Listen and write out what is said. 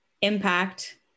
impact